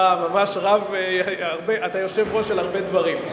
אתה יושב-ראש של הרבה דברים.